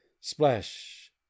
splash